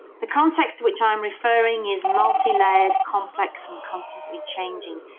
the context to which i'm referring is multilayered, complex and constantly changing.